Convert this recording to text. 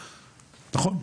נכון,